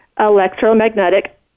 electromagnetic